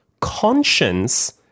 conscience